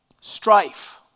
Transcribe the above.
strife